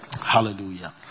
Hallelujah